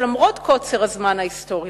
שלמרות קוצר הזמן ההיסטורי,